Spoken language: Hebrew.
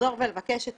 לחזור ולבקש את